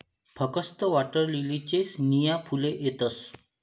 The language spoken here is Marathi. फकस्त वॉटरलीलीलेच नीया फुले येतस